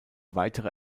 weitere